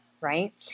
right